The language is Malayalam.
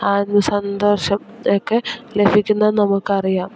ആ ഒരു സന്തോഷം ഒക്കെ ലഭിക്കുന്ന നമുക്ക് അറിയാം